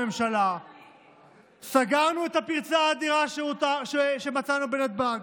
כבר בשבוע הראשון לממשלה סגרנו את הפרצה האדירה שמצאנו בנתב"ג.